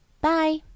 bye